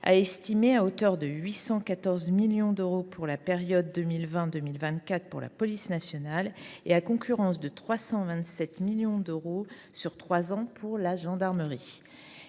a estimé à 814 millions d’euros pour la période 2020 2024 pour la police nationale et à concurrence de 327 millions d’euros sur trois ans pour la gendarmerie.